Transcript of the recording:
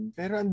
pero